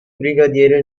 brigadiere